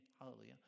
hallelujah